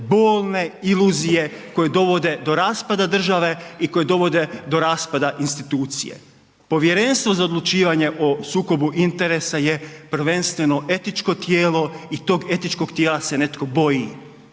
bolne iluzije koje dovode do raspada države i koje dovode do raspada institucije. Povjerenstvo za odlučivanje o sukobu interesa je prvenstveno etičko tijelo i tog etičkog tijela se netko boji.